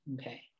okay